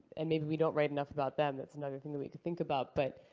and maybe we don't write enough about them. that's another thing that we could think about. but,